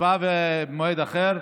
הצבעה ותשובה במועד אחר.